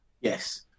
Yes